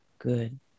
good